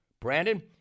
Brandon